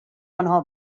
آنها